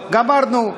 גמרנו.